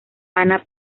ana